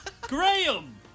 Graham